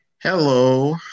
Hello